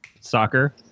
soccer